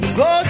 go